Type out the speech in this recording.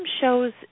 shows